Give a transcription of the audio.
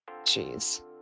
Jeez